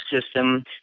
system